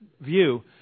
View